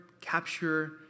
capture